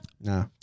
No